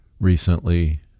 recently